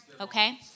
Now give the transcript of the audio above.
Okay